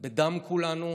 בדם כולנו.